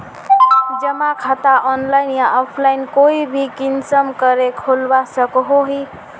जमा खाता ऑनलाइन या ऑफलाइन कोई भी किसम करे खोलवा सकोहो ही?